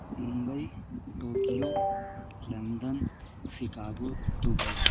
Mumbai Tokyo London Chicago Dubai